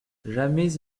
jamais